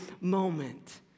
moment